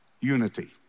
unity